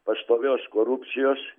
pastovios korupcijos